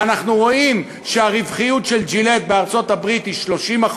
ואנחנו רואים שהרווחיות של "ג'ילט" בארצות-הברית היא 30%,